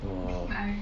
orh